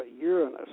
Uranus